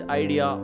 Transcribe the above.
idea